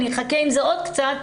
אני אחכה עם זה עוד קצת',